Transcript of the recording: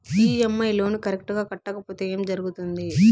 EMI loan correct గా కట్టకపోతే ఏం జరుగుతుంది